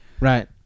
Right